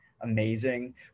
amazing